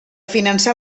finançar